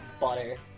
butter